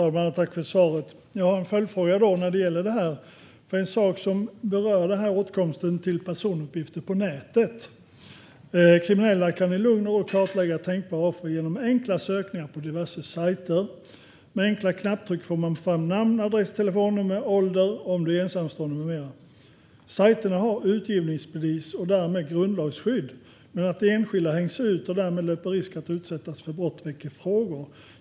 Fru talman! Jag tackar för svaret. Jag har en följdfråga som berör åtkomsten till personuppgifter på nätet. Kriminella kan i lugn och ro kartlägga tänkbara offer genom enkla sökningar på diverse sajter. Med enkla knapptryck får man fram namn, adress, telefonnummer, ålder, om man är ensamstående med mera. Sajterna har utgivningsbevis och därmed grundlagsskydd. Men att enskilda hängs ut och därmed löper risk att utsättas för brott väcker frågor.